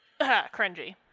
Cringy